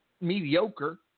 mediocre